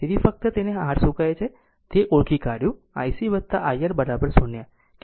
તેથી ફક્ત એક તેને r શું કહે છે તે ઓળખી કાઢ્યું કે ic iR 0 કંઈક આપવામાં આવ્યું છે